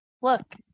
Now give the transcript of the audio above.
Look